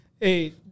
Hey